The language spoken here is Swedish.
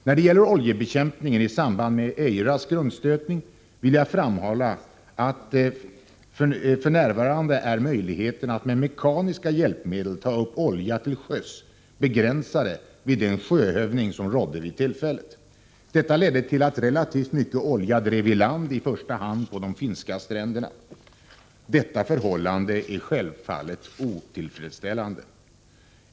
När det gäller oljebekämpningen i samband med Eiras grundstötning vill jag framhålla att möjligheterna att med mekaniska hjälpmedel ta upp olja till sjöss f.n. är begränsade vid den sjöhävning som rådde vid tillfället. Detta ledde till att relativt mycket olja drev i land i första hand på de finska stränderna. Detta förhållande är självfallet otillfredsställande.